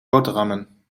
boterhammen